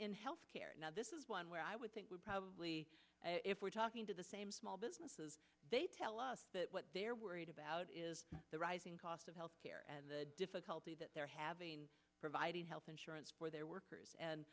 in health care now this is one where i would think probably if we're talking to the same small businesses they tell us that what they're worried about is the rising cost of health care and the difficulty that they're having providing health insurance for their workers and